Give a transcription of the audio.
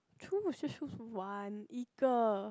choose just choose one 一个